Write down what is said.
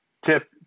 tip